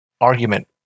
argument